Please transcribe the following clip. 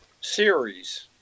series